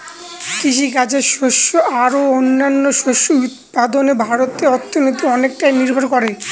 কৃষিকাজে শস্য আর ও অন্যান্য শস্য উৎপাদনে ভারতের অর্থনীতি অনেকটাই নির্ভর করে